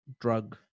drug